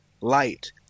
light